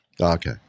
Okay